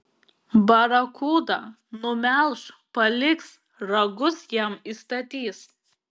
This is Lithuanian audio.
barakuda numelš paliks ragus jam įstatys